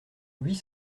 huit